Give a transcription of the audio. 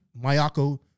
Mayako